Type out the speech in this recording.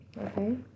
okay